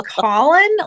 Colin